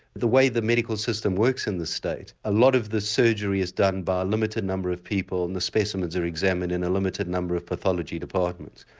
the way the medical system works in this state a lot of the surgery is done by a limited number of people and the specimens are examined in a limited number of pathology departments.